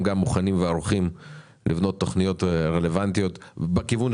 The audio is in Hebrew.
הם גם מוכנים וערוכים לבנות תוכניות רלוונטיות בכיוון,